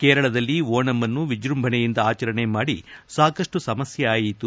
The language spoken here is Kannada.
ಕೇರಳದಲ್ಲಿ ಓಣಂನ್ನು ವಿಜೃಂಭಣೆಯಿಂದ ಆಚರಣೆ ಮಾಡಿ ಸಾಕಷ್ಟು ಸಮಸ್ಯೆ ಆಯ್ತು